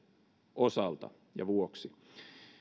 osalta ja vuoksi